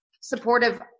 supportive